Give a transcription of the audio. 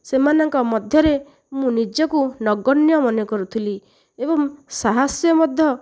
ସେମାନଙ୍କ ମଧ୍ୟରେ ମୁଁ ନିଜକୁ ନଗଣ୍ୟ ମନେକରୁଥିଲି ଏବଂ ସାହସ ମଧ୍ୟ